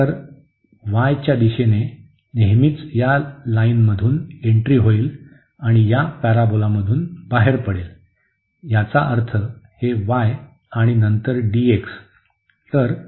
तर या y च्या दिशेने नेहमीच या लाईनमधून एंट्री होईल आणि या पॅराबोलामधून बाहेर पडेल याचा अर्थ हे y आणि नंतर dx